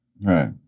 Right